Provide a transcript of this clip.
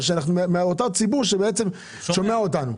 אבל כשאנחנו מאותו ציבור שבעצם שומע אותנו.